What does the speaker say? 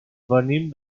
venim